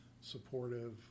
supportive